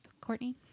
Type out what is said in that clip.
Courtney